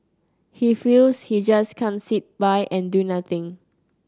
he feels he just can't sit by and do nothing